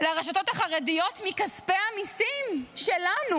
לרשתות החרדיות מכספי המיסים שלנו.